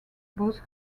both